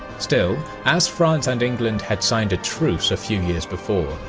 still, as france and england had signed a truce a few years before,